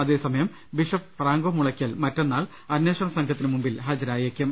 അതേസമയം ബിഷപ്പ് ഫ്രാങ്കോ മുളയ്ക്കൽ മറ്റന്നാൾ അന്വേഷണസംഘത്തിന് മുമ്പിൽ ഹാജ രായേക്കും